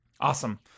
Awesome